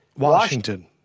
Washington